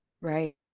Right